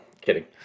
kidding